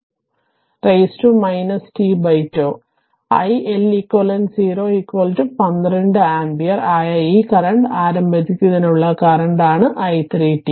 അതിനാൽ iLeq 0 12 ampere ആയ ഈ കറന്റ് ആരംഭിക്കുന്നതിനുള്ള കറന്റ് ആണ് i3 t